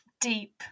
deep